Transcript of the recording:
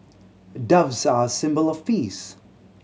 doves are a symbol of peace